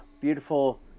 beautiful